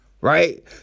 right